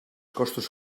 costos